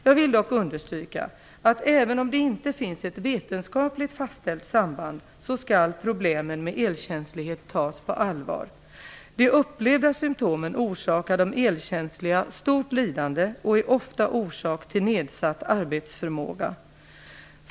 Jag vill dock understryka att även om det inte finns ett vetenskapligt fastställt samband skall problemen med elkänslighet tas på allvar. De upplevda symtomen orsakar de elkänsliga stort lidande och är ofta orsak till nedsatt arbetsförmåga.